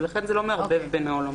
לכן זה לא מערבב בין העולמות.